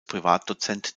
privatdozent